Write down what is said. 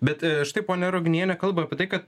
bet štai ponia ruginiene kalba apie tai kad